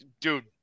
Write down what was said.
dude